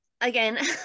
again